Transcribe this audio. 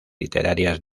literarias